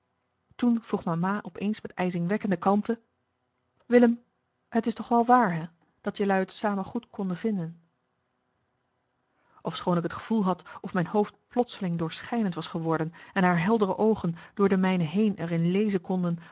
toen vroeg mama op eens met ijzingwekkende kalmte willem t is toch wel waar hè dat jelui t samen goed konden vinden ofschoon ik het gevoel had of mijn hoofd plotseling doorschijnend was geworden en haar heldere oogen door de mijne heen er in lezen konden